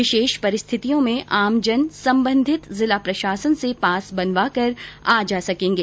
विशेष परिस्थितियों में आमजन संबंधित जिला प्रशासन से पास बनवाकर आ जा सकेंगे